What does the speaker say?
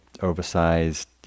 oversized